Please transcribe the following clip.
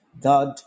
God